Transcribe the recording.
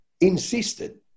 insisted